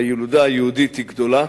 הילודה היהודית היא גדולה.